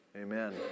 Amen